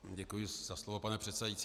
Děkuji za slovo, pane předsedající.